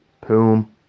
Poom